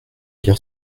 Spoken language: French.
lire